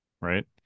right